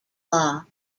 law